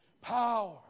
power